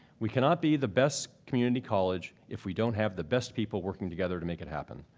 we cannot be the best community college if we don't have the best people working together to make it happen.